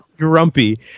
grumpy